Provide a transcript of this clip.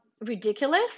ridiculous